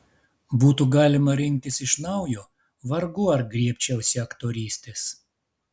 būtų galima rinktis iš naujo vargu ar griebčiausi aktorystės